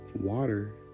Water